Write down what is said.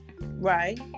Right